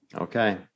Okay